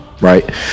right